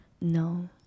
no